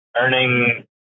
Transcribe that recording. earning